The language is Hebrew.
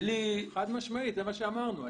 חד משמעית זה מה שאמרנו.